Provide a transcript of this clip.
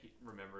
remember